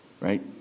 Right